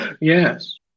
Yes